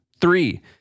Three